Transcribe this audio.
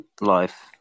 life